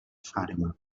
fatima